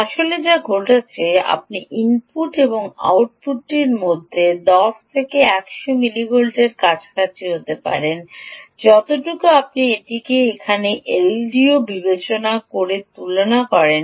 আসলে যা ঘটছে আপনি ইনপুট এবং আউটপুটটির মধ্যে 10 থেকে 100 মিলিভোল্টের কাছাকাছি হতে পারেন যতটুকু আপনি এটিকে এখন এলডিও বিবেচনা করে তুলনা করেন